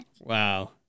Wow